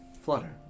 flutter